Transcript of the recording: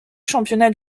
championnats